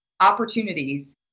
opportunities